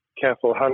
careful